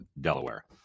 Delaware